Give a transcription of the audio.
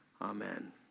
Amen